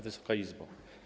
Wysoka Izbo!